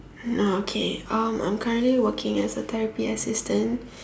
oh okay uh I'm currently working as a therapy assistant